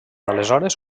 aleshores